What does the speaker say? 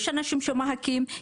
יש אנשים שמחכים,